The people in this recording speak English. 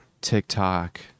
TikTok